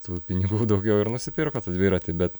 tų pinigų daugiau ir nusipirko tą dviratį bet